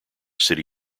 city